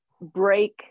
break